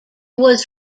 was